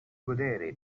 godere